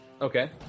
Okay